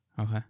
Okay